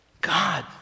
God